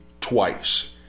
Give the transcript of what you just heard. twice